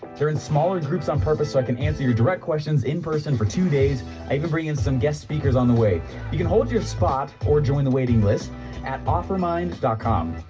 they're in smaller groups on purpose so i can answer your direct questions in person for two days, i even bring in some guest speakers on the way you can hold your spot or join the waiting list at offermind dot com,